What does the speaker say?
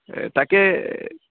তাকে